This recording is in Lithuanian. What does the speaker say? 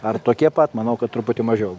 ar tokie pat manau kad truputį mažiau